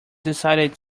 decided